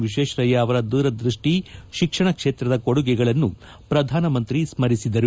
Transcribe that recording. ವಿಶ್ವೇಶ್ವರಯ್ಯ ಅವರ ದೂರದೃಷ್ಷಿ ಶಿಕ್ಷಣ ಕ್ಷೇತ್ರದ ಕೊಡುಗೆಗಳನ್ನು ಪ್ರಧಾನ ಮಂತ್ರಿ ಸ್ತರಿಸಿದರು